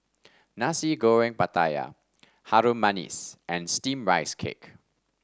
Nasi Goreng Pattaya Harum Manis and steamed Rice Cake